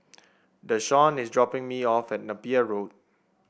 Dashawn is dropping me off at Napier Road